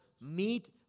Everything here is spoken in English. meet